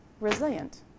resilient